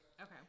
Okay